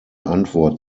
antwort